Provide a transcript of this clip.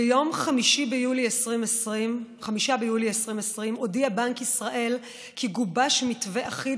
ביום 5 ביולי 2020 הודיע בנק ישראל כי גובש מתווה אחיד